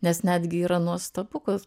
nes netgi yra nuostabu kas